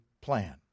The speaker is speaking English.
plan